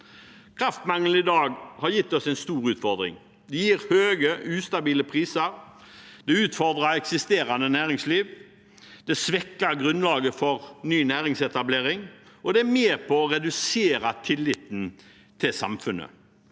Kraftmangelen i dag har gitt oss en stor utfordring. Det gir høye og ustabile priser, det utfordrer eksisterende næringsliv, det svekker grunnlaget for ny næringsetablering, og det er med på å redusere tilliten til samfunnet.